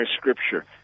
scripture